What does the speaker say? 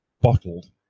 bottled